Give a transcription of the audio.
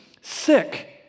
sick